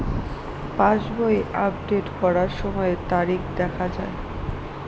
পাসবই update করার সময়ে তারিখ দেখা য়ায়?